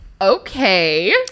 Okay